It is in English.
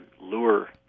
lure